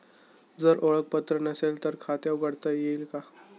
जर ओळखपत्र नसेल तर खाते उघडता येईल का?